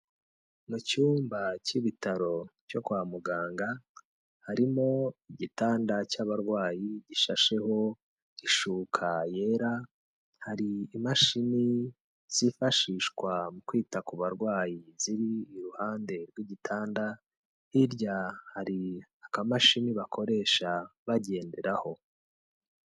Mu cyumba cy'ibitaro cyo kwa muganga, harimo igitanda cy'abarwayi gishasheho ishuka yera, hari imashini zifashishwa mu kwita ku barwayi ziri iruhande rw'igitanda, hirya hari akamashini bakoresha bagenderaho.